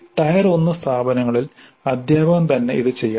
tyre 1 സ്ഥാപനങ്ങളിൽ അധ്യാപകൻ തന്നെ ഇത് ചെയ്യണം